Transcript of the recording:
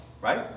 right